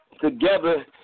together